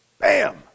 bam